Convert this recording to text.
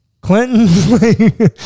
Clinton